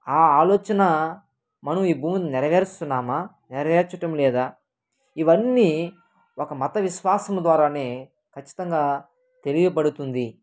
ఆ ఆలోచన మనం ఈ భూమిని నెరవేరుస్తున్నామా నెరవేర్చటం లేదా ఇవన్నీ ఒక మత విశ్వాసం ద్వారానే ఖచ్చితంగా తెలియబడుతుంది